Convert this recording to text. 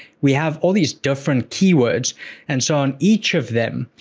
we have all these different keywords and so on. each of them,